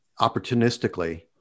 opportunistically